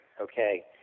okay –